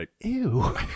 ew